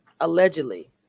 allegedly